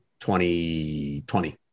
2020